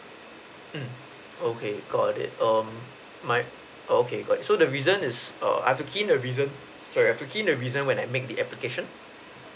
mm okay got it um my okay got it so the reason is err I've to key in the reason sorry I've to key the reason when I make the application